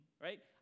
right